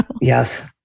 Yes